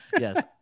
Yes